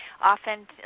often